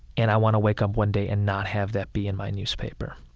and i want to wake up one day and not have that be in my newspaper.